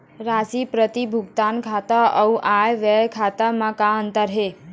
राशि प्राप्ति भुगतान खाता अऊ आय व्यय खाते म का अंतर हे?